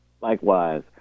Likewise